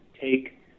take